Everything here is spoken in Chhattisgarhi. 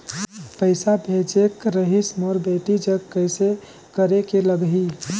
पइसा भेजेक रहिस मोर बेटी जग कइसे करेके लगही?